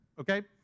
okay